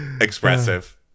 Expressive